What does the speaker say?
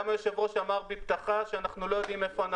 גם היושב ראש אמר שאנחנו לא יודעים היכן אנחנו